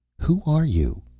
who are you?